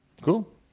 Cool